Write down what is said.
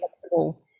flexible